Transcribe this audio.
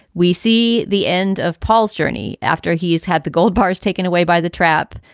we see the end of paul's journey after he's had the gold bars taken away by the trap.